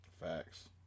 Facts